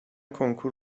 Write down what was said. کنکور